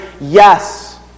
yes